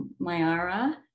Mayara